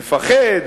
מפחד,